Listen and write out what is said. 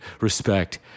Respect